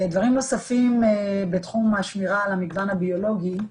דברים נוספים בתחום השמירה על המגוון הביולוגי.